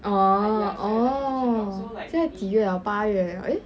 oh oh 现在几月了八月了 eh